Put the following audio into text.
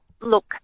Look